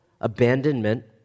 abandonment